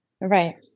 Right